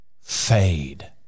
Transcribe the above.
fade